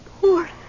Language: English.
Poor